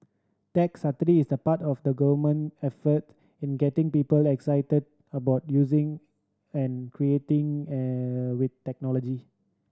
tech is part of the Government effort in getting people excited about using and creating I with technology